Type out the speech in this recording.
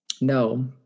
no